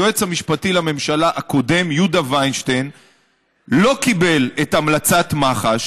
היועץ המשפטי לממשלה הקודם יהודה וינשטיין לא קיבל את עמדת מח"ש.